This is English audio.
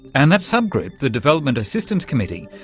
and that subgroup, the development assistance committee,